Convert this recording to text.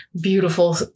beautiful